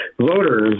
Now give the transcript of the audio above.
voters